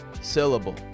syllable